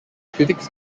critics